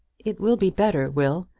it will be better, will,